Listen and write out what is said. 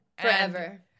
forever